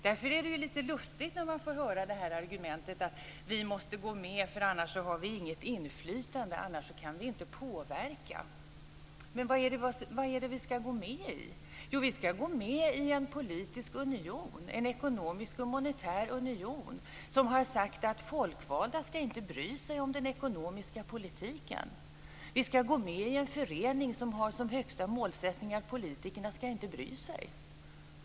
Därför är det lite lustigt med argumentet: Vi måste gå med för annars får vi inget inflytande och annars kan vi inte påverka. Men vad är det vi ska gå med i? Jo, vi ska gå med i en politisk union, en ekonomisk och monetär union, där man har sagt att folkvalda inte ska bry sig om den ekonomiska politiken. Vi ska gå med i en förening som har som högsta målsättning att politikerna inte ska bry sig!